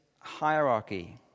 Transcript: hierarchy